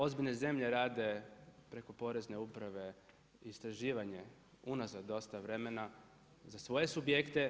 Ozbiljne zemlje rade preko Porezne uprave istraživanje unazad dosta vremena za svoje subjekte.